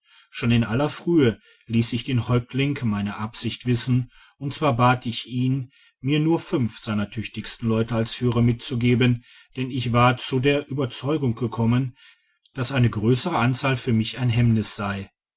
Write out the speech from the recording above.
schon in aller frühe liess ich den häuptling meine absicht wissen und zwar bat ich ihn mir nur fünf seiner tüchtigsten leute als führer mitzugeben denn ich war zu der ueberzeugung gekommen dass eine grössere anzahl für mich ein hemmnis sei